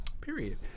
period